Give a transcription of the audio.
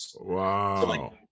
Wow